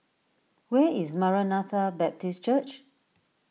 where is Maranatha Baptist Church